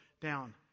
down